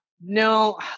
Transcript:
no